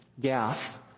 Gath